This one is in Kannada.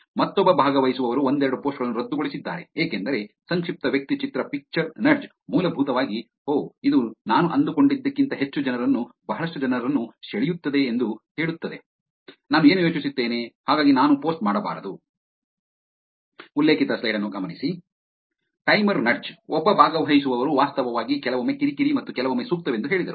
ಮತ್ತೊಬ್ಬ ಭಾಗವಹಿಸುವವರು ಒಂದೆರಡು ಪೋಸ್ಟ್ ಗಳನ್ನು ರದ್ದುಗೊಳಿಸಿದ್ದಾರೆ ಏಕೆಂದರೆ ಸಂಕ್ಷಿಪ್ತ ವ್ಯಕ್ತಿಚಿತ್ರ ಪಿಕ್ಚರ್ ನಡ್ಜ್ ಮೂಲಭೂತವಾಗಿ ಓಹ್ ಇದು ನಾನು ಅಂದುಕೊಂಡಿದ್ದಕ್ಕಿಂತ ಹೆಚ್ಚು ಜನರನ್ನು ಬಹಳಷ್ಟು ಜನರನ್ನು ಸೆಳೆಯುತ್ತದೆ ಎಂದು ಹೇಳುತ್ತದೆ ನಾನು ಏನು ಯೋಚಿಸುತ್ತೇನೆ ಹಾಗಾಗಿ ನಾನು ಪೋಸ್ಟ್ ಮಾಡಬಾರದು ಟೈಮರ್ ನಡ್ಜ್ ಒಬ್ಬ ಭಾಗವಹಿಸುವವರು ವಾಸ್ತವವಾಗಿ ಕೆಲವೊಮ್ಮೆ ಕಿರಿಕಿರಿ ಮತ್ತು ಕೆಲವೊಮ್ಮೆ ಸೂಕ್ತವೆಂದು ಹೇಳಿದರು